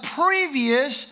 previous